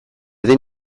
den